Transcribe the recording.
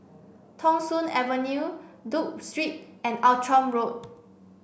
Thong Soon Avenue Duke Street and Outram Road